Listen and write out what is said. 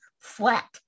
flat